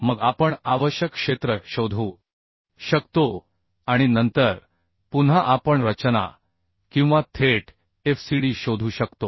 मग आपण आवश्यक क्षेत्र शोधू शकतो आणि नंतर पुन्हा आपण रचना किंवा थेट Fcd शोधू शकतो